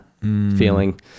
feeling